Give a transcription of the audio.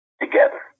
together